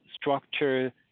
structure